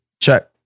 check